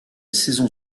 saison